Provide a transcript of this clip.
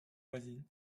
voisines